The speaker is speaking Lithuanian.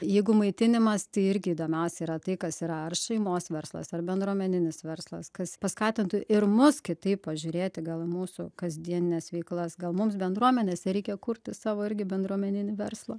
jeigu maitinimas tai irgi įdomiausia yra tai kas yra šeimos verslas ar bendruomeninis verslas kas paskatintų ir mus kitaip pažiūrėti gal į mūsų kasdienines veiklas gal mums bendruomenėse reikia kurti savo irgi bendruomeninį verslą